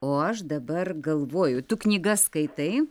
o aš dabar galvoju tu knygas skaitai